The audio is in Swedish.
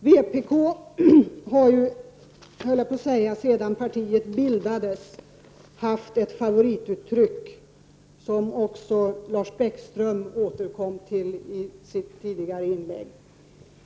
Vpk har, jag höll på att säga sedan partiet bildades, haft ett favorituttryck, som också Lars Bäckström använde i sitt tidigare inlägg.